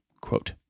quote